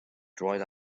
dried